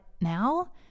now